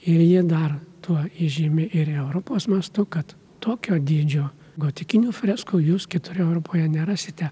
ir jie dar tuo įžymi ir europos mastu kad tokio dydžio gotikinių freskų jūs kitur europoje nerasite